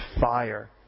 fire